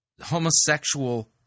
homosexual